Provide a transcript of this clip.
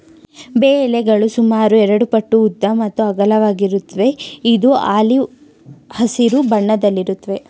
ಬೇ ಎಲೆಗಳು ಸುಮಾರು ಎರಡುಪಟ್ಟು ಉದ್ದ ಮತ್ತು ಅಗಲವಾಗಿರುತ್ವೆ ಇದು ಆಲಿವ್ ಹಸಿರು ಬಣ್ಣದಲ್ಲಿರುತ್ವೆ